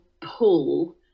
pull